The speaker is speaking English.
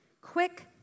Quick